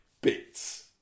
bits